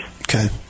Okay